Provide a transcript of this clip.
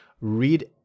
read